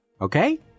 Okay